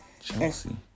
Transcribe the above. Chelsea